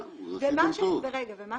מצוין, אז עשיתם טוב.